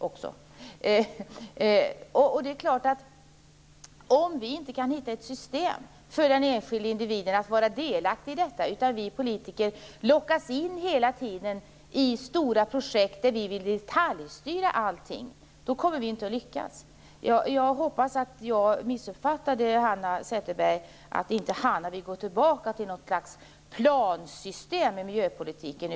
Vi kommer inte att lyckas med detta, om vi politiker inte kan finna ett system där individen kan vara delaktig utan hela tiden lockas in i stora projekt där vi vill detaljstyra allting. Jag hoppas att jag missuppfattade Hanna Zetterberg, så att hon inte vill återgå till något slags plansystem i miljöpolitiken.